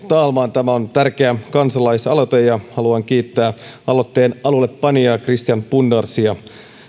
talman tämä on tärkeä kansa laisaloite ja haluan kiittää aloitteen alullepanijaa christian pundarsia